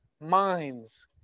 minds